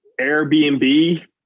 Airbnb